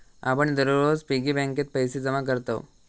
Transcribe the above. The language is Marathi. आपण दररोज पिग्गी बँकेत पैसे जमा करतव